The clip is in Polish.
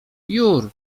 jur